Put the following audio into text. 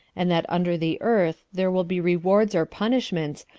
and that under the earth there will be rewards or punishments,